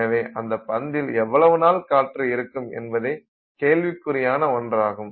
எனவே அந்த பந்தில் எவ்வளவு நாள் காற்று இருக்கும் என்பதே கேள்விக்குறியான ஒன்றாகும்